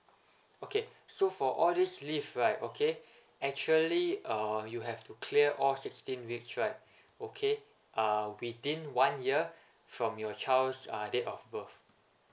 okay so for all this leave right okay actually uh you have to clear all sixteen weeks right okay uh within one year from your child's uh date of birth